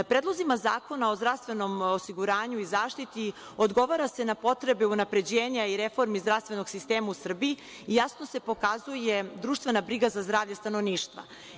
Predlozima zakona o zdravstvenom osiguranju i zaštiti, odgovara se na potrebe unapređenja i reformi zdravstvenog sistema u Srbiji i jasno se pokazuje društvena briga za zdravlje stanovništva.